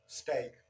steak